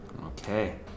Okay